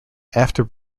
after